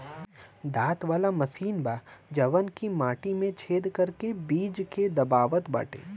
दांत वाला मशीन बा जवन की माटी में छेद करके बीज के दबावत बाटे